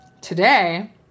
Today